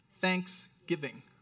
thanksgiving